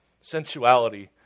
sensuality